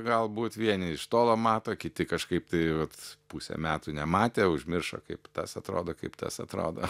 galbūt vieni iš tolo mato kiti kažkaip tai vat pusę metų nematė užmiršo kaip tas atrodo kaip tas atrodo